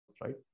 right